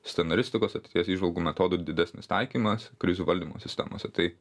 scenaristikos ateities įžvalgų metodų didesnis taikymas krizių valdymo sistemose tai